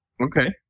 Okay